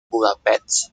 budapest